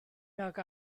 nag